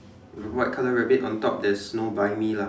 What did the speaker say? white color rabbit on top there's no buy me lah